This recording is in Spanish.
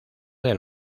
del